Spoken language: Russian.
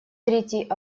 третий